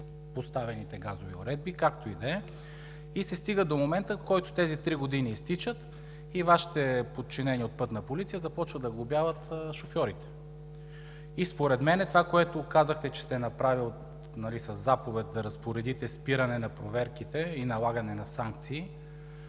и се стига до момента, в който тези три години изтичат и Вашите подчинени от „Пътна полиция“ започват да глобяват шофьорите. Според мен това, което казахте, че сте направили – със заповед да разпоредите спиране на проверките и налагане на санкции,